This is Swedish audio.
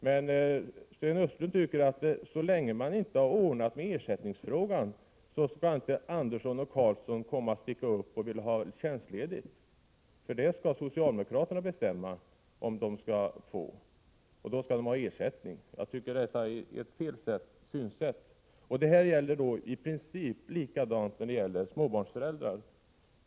Men Sten Östlund tycker att så länge man inte har ordnat ersättningsfrågan skall inte Andersson och Karlsson sticka upp och komma och vilja ha tjänstledigt, för det skall socialdemokraterna bestämma om de skall få, och då skall de ha ersättning. Jag tycker detta är ett felaktigt synsätt. Det gäller i princip detsamma i fråga om småbarnsföräldrarna.